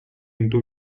into